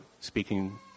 speaking